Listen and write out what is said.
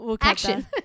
action